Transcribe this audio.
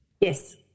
Yes